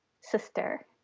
sister